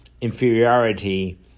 inferiority